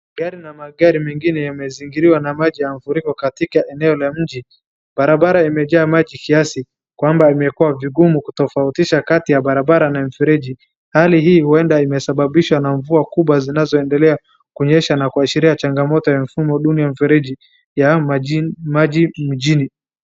Gari na magari zingine yamezingiriwa na mafuriko katika eneo la mji. Barabara imejaa maji kiasi kwamba imekuwa vingumu kutofautisha kati ya barabara na mifereji. Hali hii huenda imesababishwa na mvua kubwa zinazoendelea kunyesha na kuashiria changamoto ya mfumo duni ya mfereji ya maji mjini.